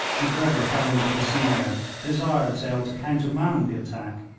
macgregor fell into the snare, desired sale to countermand the attack,